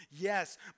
Yes